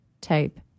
type